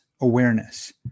awareness